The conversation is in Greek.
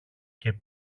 και